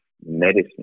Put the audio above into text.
medicine